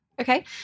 Okay